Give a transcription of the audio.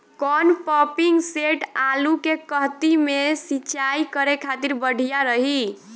कौन pumping set आलू के कहती मे सिचाई करे खातिर बढ़िया रही?